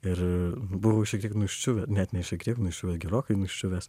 ir buvau šiek tiek nuščiuvę net šiek tiek nuščiuvę gerokai nuščiuvęs